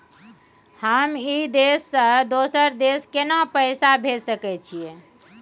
हम ई देश से दोसर देश केना पैसा भेज सके छिए?